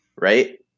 right